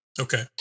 Okay